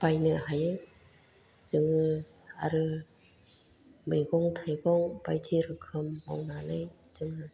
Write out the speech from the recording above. बायनो हायो जोङो आरो मैगं थाइगं बायदि रोखोम मावनानै जोङो